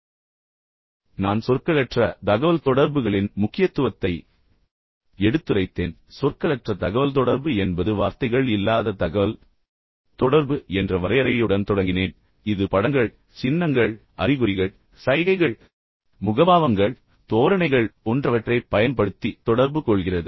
முந்தைய சொற்பொழிவில் நான் சொற்களற்ற தகவல்தொடர்புகளின் முக்கியத்துவத்தை எடுத்துரைத்தேன் மேலும் சொற்களற்ற தகவல்தொடர்பு என்பது வெறுமனே வார்த்தைகள் இல்லாத தகவல்தொடர்பு என்ற வரையறையுடன் தொடங்கினேன் இது படங்கள் சின்னங்கள் அறிகுறிகள் சைகைகள் முகபாவங்கள் தோரணைகள் போன்றவற்றைப் பயன்படுத்தி தொடர்பு கொள்கிறது